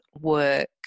work